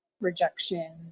rejection